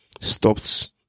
stopped